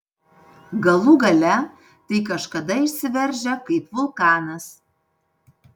galų gale tai kažkada išsiveržia kaip vulkanas